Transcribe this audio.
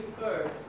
first